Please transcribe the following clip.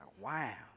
Wow